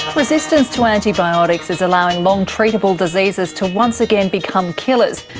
resistance to antibiotics is allowing long-treatable diseases to once again become killers.